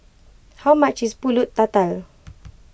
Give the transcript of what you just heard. how much is Pulut Tatal